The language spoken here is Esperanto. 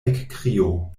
ekkrio